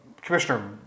Commissioner